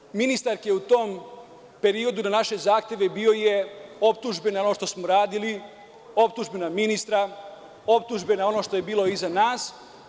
Odgovor ministarke u tom periodu na naše zahteve bio je optužbe na ono što smo uradili, optužbe na ministra, optužbe na ono što je bilo iza nas.